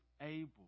able